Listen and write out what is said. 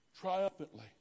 triumphantly